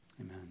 Amen